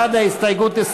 בעד ההסתייגות,